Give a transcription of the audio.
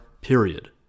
period